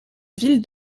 ville